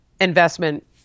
investment